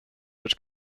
which